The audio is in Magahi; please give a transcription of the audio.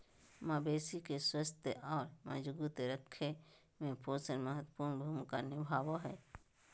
मवेशी के स्वस्थ और मजबूत रखय में पोषण महत्वपूर्ण भूमिका निभाबो हइ